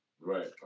Right